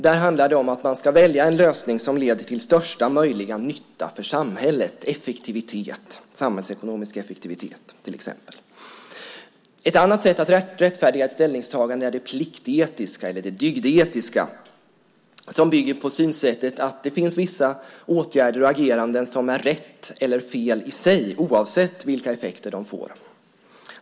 Där handlar det om att välja en lösning som leder till största möjliga nytta för samhället, till exempel samhällsekonomisk effektivitet. Ett annat sätt att rättfärdiga ett ställningstagande är det pliktetiska eller det dygdetiska, som bygger på synsättet att det finns vissa åtgärder och ageranden som är rätt eller fel i sig , oavsett vilka effekter de får.